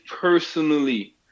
personally